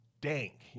dank